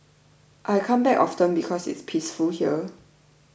I come back often because it's peaceful here